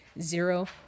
zero